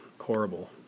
horrible